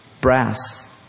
Brass